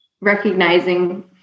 recognizing